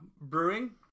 Brewing